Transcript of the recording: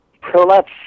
Prolapse